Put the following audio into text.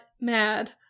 mad